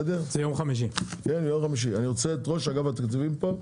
ביום חמישי אני רוצה את ראש אגף התקציבים פה,